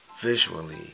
visually